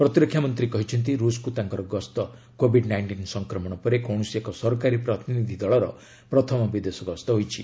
ପ୍ରତିରକ୍ଷା ମନ୍ତ୍ରୀ କହିଛନ୍ତି ରୁଷକୁ ତାଙ୍କର ଗସ୍ତ କୋଭିଡ୍ ନାଇଷ୍ଟିନ୍ ସଂକ୍ମଣ ପରେ କୌଣସି ଏକ ସରକାରୀ ପ୍ରତିନିଧି ଦଳର ପ୍ରଥମ ବିଦେଶଗସ୍ତ ହୋଇଛି